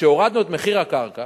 שהורדנו את מחיר הקרקע